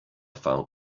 found